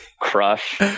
crush